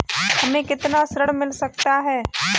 हमें कितना ऋण मिल सकता है?